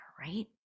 right